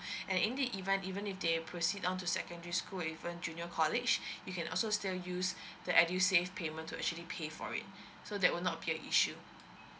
and in the event even if they proceed on to secondary school or even junior college you can also still use the edusave payment to actually pay for it so that will not be a issue